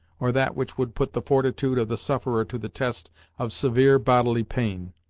or that which would put the fortitude of the sufferer to the test of severe bodily pain.